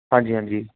ਹਾਂਜੀ ਹਾਂਜੀ